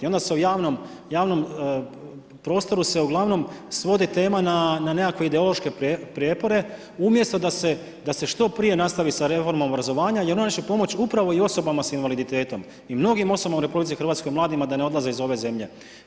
I onda se u javnom prostoru se uglavnom svodi tema na nekakve ideološke prijepore umjesto da se što prije nastavi sa reformom obrazovanja jer ona će pomoć upravo i osobama s invaliditetom i mnogim osobama u RH, mladima da ne odlaze iz ove zemlje.